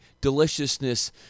deliciousness